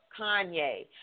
Kanye